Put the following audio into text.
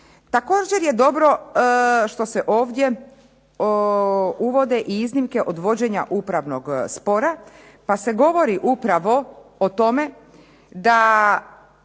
Također je dobro što se ovdje uvode i iznimke od vođenja upravnog spora pa se govori upravo o tome da